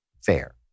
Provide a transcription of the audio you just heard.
fair